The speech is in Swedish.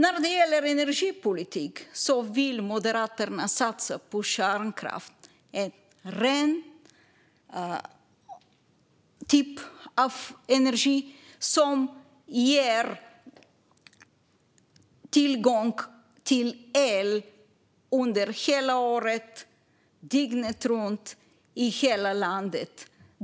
När det gäller energipolitik vill Moderaterna satsa på kärnkraft, en ren typ av energi som ger tillgång till el under hela året, dygnet runt, i hela landet.